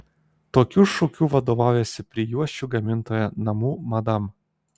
tokiu šūkiu vadovaujasi prijuosčių gamintoja namų madam